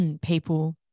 people